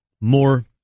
more